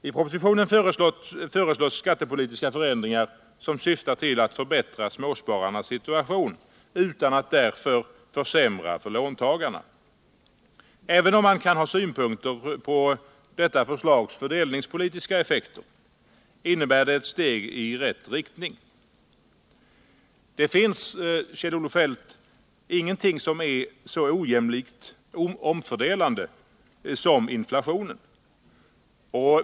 I propositionen föreslås skattepolitiska förändringar som syftar till att förbättra småspararnas situation utan att därför försämra för låntagarna. Även om man kan ha synpunkter på detta förslags fördelningspolitiska effekter, innebär det ett steg i rätt riktning, genom att spararna tillförsäkras en positiv real avkastning på sparmedlen. Det finns, Kjell-Olof Feldt, ingenting som är så ojämlikt omfördelande som inflationen.